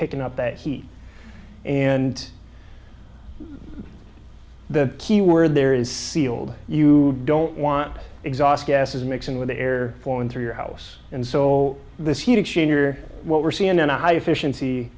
picking up that heat and the keyword there is sealed you don't want exhaust gases mixing with the air flowing through your house and so this heat exchanger what we're seeing in a high efficiency